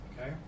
Okay